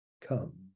come